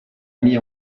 mis